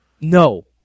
no